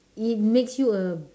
it makes you a